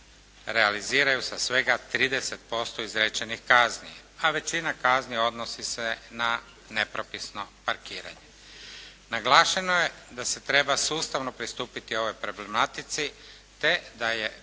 realiziraju sa svega 30% izrečenih kazni, a većina kazni odnosi se na nepropisno parkiranje. Naglašeno je da se treba sustavno pristupiti ovoj problematici, te da je